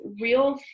real